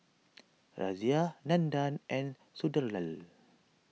Razia Nandan and Sunderlal